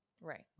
Right